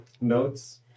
notes